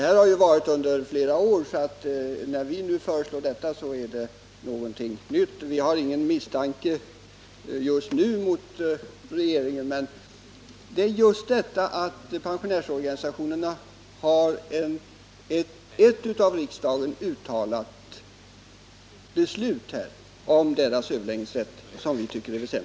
När vi nu föreslår att riksdagen skall göra ett uttalande, så är det någonting nytt. Vi hyser ingen misstro just nu mot regeringen, men vi tycker ändå att det är väsentligt att pensionärsorganisationerna kan stödja sig på ett av riksdagen antaget uttalande om överläggningsrätten.